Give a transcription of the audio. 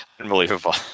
Unbelievable